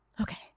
Okay